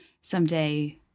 someday